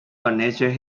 natural